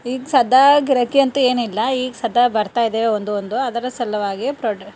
ಈಗ ಸದ್ಯ ಗಿರಾಕಿ ಅಂತು ಏನು ಇಲ್ಲ ಈಗ ಸದ್ಯ ಬರ್ತಾಯಿದೆವು ಒಂದು ಒಂದು ಅದ್ರ ಸಲುವಾಗಿ ಪ್ರೊಡ್